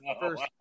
first